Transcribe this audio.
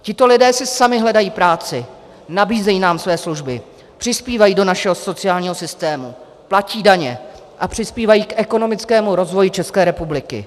Tito lidé si sami hledají práci, nabízejí nám své služby, přispívají do našeho sociálního systému, platí daně a přispívají k ekonomickému rozvoji České republiky.